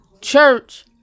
church